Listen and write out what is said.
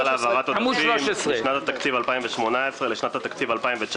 להעברת עודפים משנת התקציבים 2018 לשנת התקציב 2019,